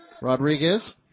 Rodriguez